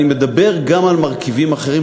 אני מדבר גם על מרכיבים אחרים,